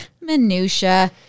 Minutia